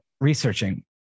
researching